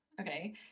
okay